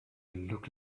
look